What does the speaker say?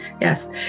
Yes